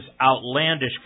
outlandish